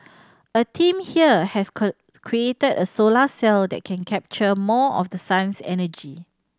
a team here has created a solar cell that can capture more of the sun's energy